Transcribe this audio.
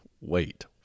Wait